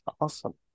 Awesome